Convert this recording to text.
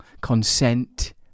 consent